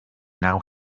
now